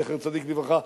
זכר צדיק לברכה,